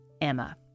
Emma